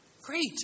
Great